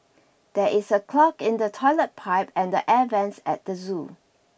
there is a clog in the toilet pipe and air vents at the zoo